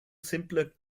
simple